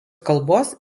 kalbos